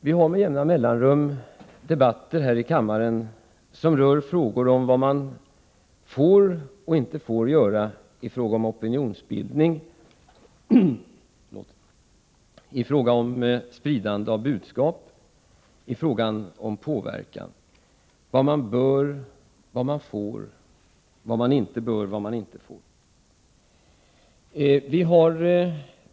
Vi har med jämna mellanrum debatter här i kammaren som rör vad man får och inte får göra i fråga om opinionsbildning, i fråga om spridande av budskap, i fråga om — vad man bör, vad man får, vad man inte bör och vad man inte får göra.